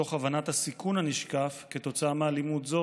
מתוך הבנת הסיכון הנשקף כתוצאה מאלימות זו